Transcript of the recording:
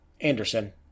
Anderson